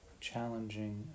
challenging